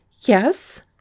Yes